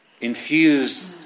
infused